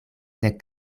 nek